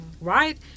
Right